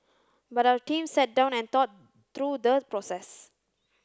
but our team sat down and thought through the process